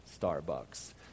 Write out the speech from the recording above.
Starbucks